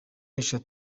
eshanu